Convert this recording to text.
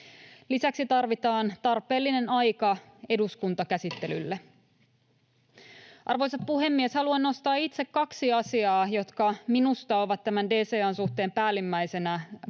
Lisäksi tarvitaan tarpeellinen aika eduskuntakäsittelylle. Arvoisa puhemies! Haluan nostaa itse kaksi asiaa, jotka minusta ovat tämän DCA:n suhteen päällimmäisiä kysymyksiä,